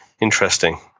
Interesting